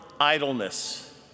idleness